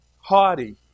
Haughty